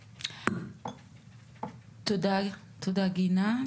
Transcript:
תודה, גנה.